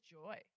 joy